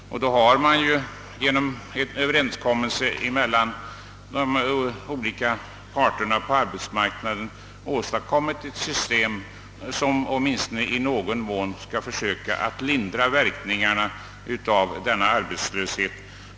Man har genom en Överenskommelse mellan de olika parterna på arbetsmarknaden åstadkommit ett system, som åtminstone i någon mån skall försöka lindra verkningarna av denna arbetslöshet.